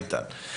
איתן.